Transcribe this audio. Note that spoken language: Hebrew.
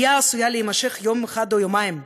עלייה עשויה להימשך יום אחד או יומיים,